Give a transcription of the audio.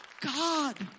God